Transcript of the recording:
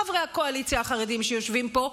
חברי הקואליציה החרדים שיושבים פה,